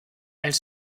elle